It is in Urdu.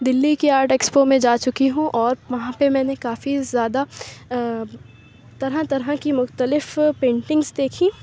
دلّی کے آرٹ ایکسپو میں جا چُکی ہوں اور وہاں پہ میں نے کافی زیادہ آ طرح طرح کی مختلف پینٹنگس دیکھی